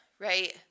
right